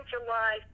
July